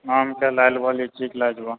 आमके लए जेबै लीची लए जेबै